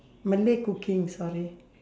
malay cooking sorry